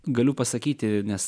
galiu pasakyti nes